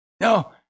No